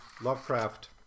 Lovecraft